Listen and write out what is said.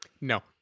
no